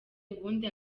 ubundi